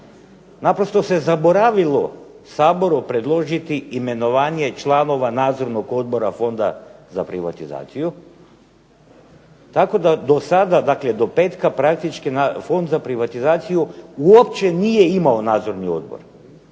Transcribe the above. Naprosto se zaboravilo Saboru predložiti imenovanje članova Nadzornog odbora Fonda za privatizaciju, tako da do sada, dakle do petka praktički Fond za privatizaciju uopće nije imao nadzorni odbor.